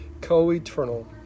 co-eternal